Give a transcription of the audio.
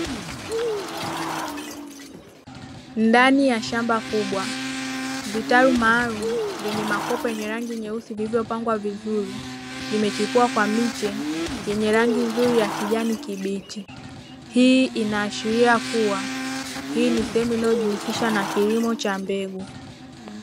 Ndani ya shamba kubwa, vitalo maalum vyenye makoko yenye rangi nyeusi vilivyo pangwa vizuri vimechipua kwa miche yenye rangi nzuri ya kijani kibichi. Hii inaashiria kuwa hii ni sehemu inayojihusisha na kilimo cha mbegu.